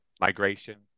migration